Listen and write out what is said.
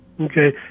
Okay